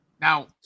Now